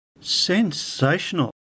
sensational